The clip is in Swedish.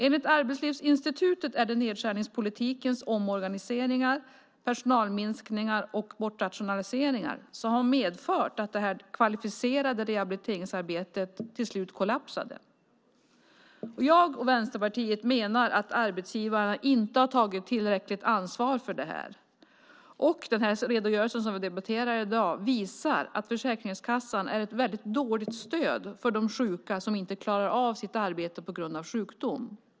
Enligt Arbetslivsinstitutet är det nedskärningspolitikens omorganiseringar, personalminskningar och bortrationaliseringar som har medfört att det kvalificerade rehabiliteringsarbetet till slut kollapsade. Jag och Vänsterpartiet menar att arbetsgivare inte har tagit tillräckligt ansvar för detta. Den redogörelse vi debatterar i dag visar att Försäkringskassan är ett dåligt stöd för de sjuka som inte klarar av sitt arbete på grund av sjukdom.